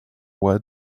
while